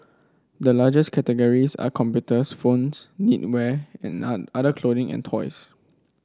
the largest categories are computers phones knitwear other clothing and toys